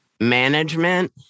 management